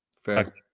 Fair